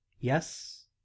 yes